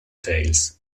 tails